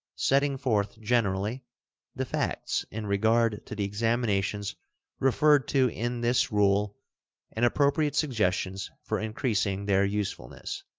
setting forth generally the facts in regard to the examinations referred to in this rule and appropriate suggestions for increasing their usefulness.